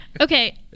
okay